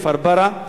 כפר-ברא,